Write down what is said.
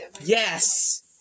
Yes